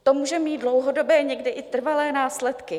To může mít dlouhodobé, někdy i trvalé následky.